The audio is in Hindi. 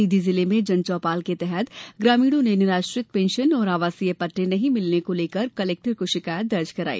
सीधी जिले में जन चौपाल के तहत ग्रामीणों ने निराश्रित पेंशन और आवासीय पट्टे नहीं मिलने को लेकर कलेक्टर को शिकायत दर्ज कराई